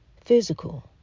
physical